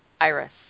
Iris